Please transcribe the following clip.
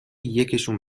یکیشون